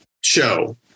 show